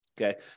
Okay